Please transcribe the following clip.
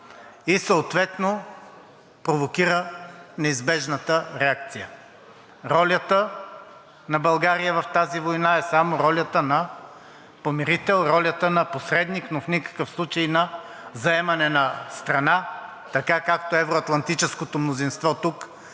и съответно провокира неизбежната реакция. Ролята на България в тази война е само ролята на помирител, ролята на посредник, но в никакъв случай на заемане на страна, така както евро-атлантическото мнозинство тук